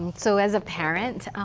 so as a parent,